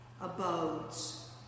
Abodes